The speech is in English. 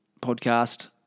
podcast